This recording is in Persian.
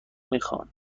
میخان